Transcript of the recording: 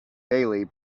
daily